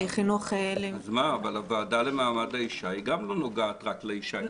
אבל הוועדה למעמד האישה גם לא נוגעת רק לאישה.